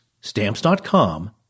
Stamps.com